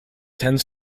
tends